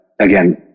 again